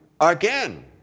again